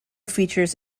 features